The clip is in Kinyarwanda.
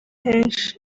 henshi